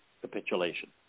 capitulation